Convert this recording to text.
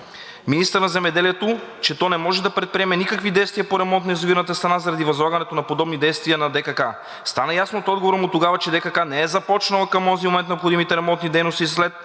министър на земеделието, че то не може да предприеме никакви действия по ремонт на язовирната стена, заради възлагането па подобни дейности на ДКК. Стана ясно от отговора му тогава, че ДКК не е започнала към онзи момент необходимите ремонтни дейности след